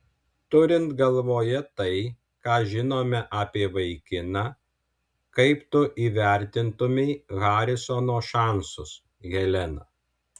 turint galvoje tai ką žinome apie vaikiną kaip tu įvertintumei harisono šansus helena